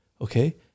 Okay